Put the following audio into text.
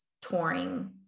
touring